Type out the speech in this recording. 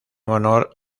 honor